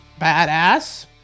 Badass